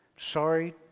sorry